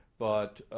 but